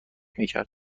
میکرد